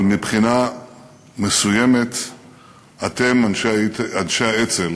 אבל מבחינה מסוימת אתם, אנשי האצ"ל,